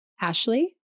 Ashley